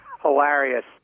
hilarious